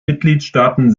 mitgliedstaaten